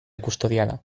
custodiada